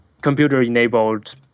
computer-enabled